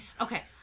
Okay